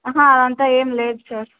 అహా అదంతా ఏమి లేదు సార్